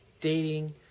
dating